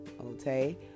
okay